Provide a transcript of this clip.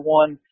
one